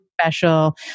special